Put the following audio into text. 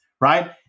right